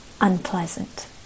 unpleasant